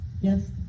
Yes